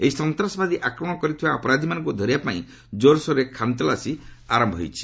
ଏହି ସନ୍ତାସବାଦୀ ଆକ୍ରମଣ କରିଥିବା ଅପରାଧୀମାନଙ୍କୁ ଧରିବା ପାଇଁ ଜୋରସୋରରେ ଖାନ୍ ତଲାସୀ ଆରମ୍ଭ ହୋଇଛି